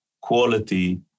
quality